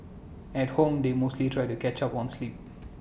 at home they mostly try to catch up on sleep